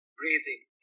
breathing